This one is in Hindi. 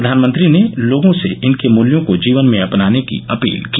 प्रधानमंत्री ने लोगों से इनके मुल्यों को जीवन में अपनाने की अपील की